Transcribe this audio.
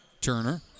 Turner